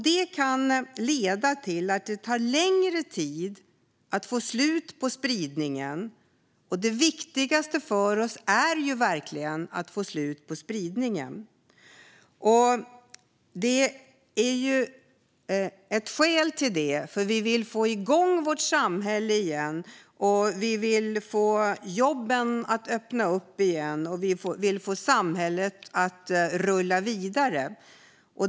Det kan leda till att det tar längre tid att stoppa spridningen, och att stoppa spridningen är ju det viktigaste så att vi kan få igång jobben igen och få samhället att rulla vidare.